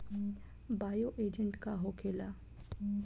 Bio agent का होखेला?